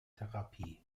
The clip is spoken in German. therapie